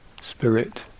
spirit